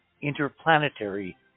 interplanetary